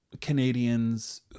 Canadians